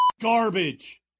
Garbage